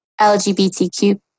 LGBTQ